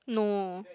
no